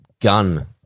gun